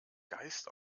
geist